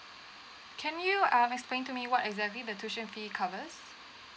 can you uh explain to me what exactly the tuition fee covers